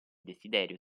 desiderio